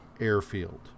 airfield